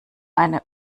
eine